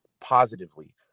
positively